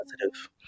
positive